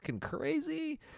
crazy